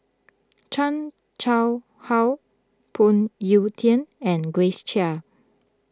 Chan Chang How Phoon Yew Tien and Grace Chia